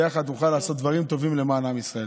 ויחד נוכל לעשות דברים טובים למען עם ישראל.